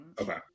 Okay